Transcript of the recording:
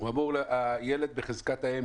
הילד בחזקת האם